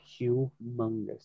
Humongous